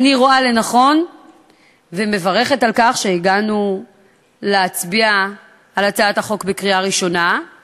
אני רואה לנכון ומברכת על כך שהגענו להצבעה בקריאה ראשונה על הצעת החוק.